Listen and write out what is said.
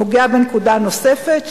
נוגע בנקודה נוספת,